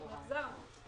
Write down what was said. אנחנו החזרנו.